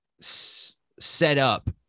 setup